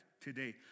today